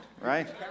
right